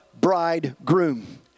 bridegroom